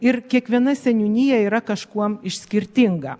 ir kiekviena seniūnija yra kažkuom skirtinga